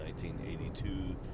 1982